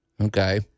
Okay